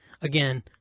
again